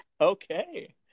okay